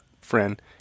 friend